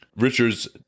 Richards